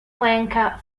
lanka